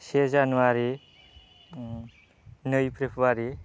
से जानुवारी नै फेब्रुवारी